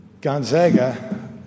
Gonzaga